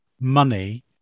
money